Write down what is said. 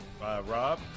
Rob